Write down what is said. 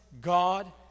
God